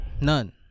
None